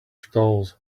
stalls